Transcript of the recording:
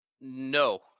No